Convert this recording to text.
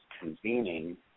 convening